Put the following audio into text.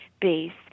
base